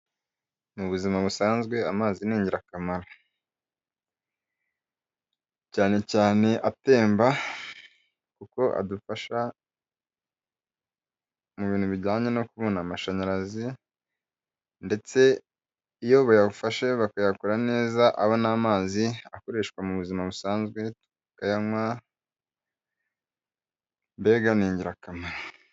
Mu buzima busanzwe amazi ni ingirakamaro, cyane cyane atemba kuko adufasha mu bintu bijyane no kubona amashanyarazi, ndetse iyo bayafashe bakayakora neza aba n'amazi akoreshwa mu buzima busanzwe, bakayanywa, mbega ni ingirakamaro.